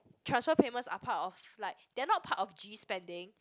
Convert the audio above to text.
transfer payments are part of like they are not part of G spending